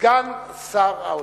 סגן שר האוצר.